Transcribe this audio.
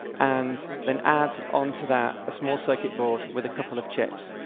and then add onto that a small circuit board with a couple of chips,